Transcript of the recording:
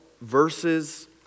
verses